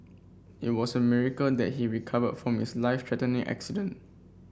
it was a miracle that he recovered from his life threatening accident